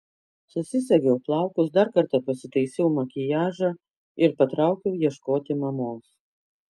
susisegiau plaukus dar kartą pasitaisiau makiažą ir patraukiau ieškoti mamos